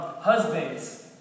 husbands